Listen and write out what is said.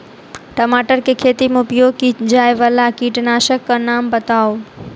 टमाटर केँ खेती मे उपयोग की जायवला कीटनासक कऽ नाम बताऊ?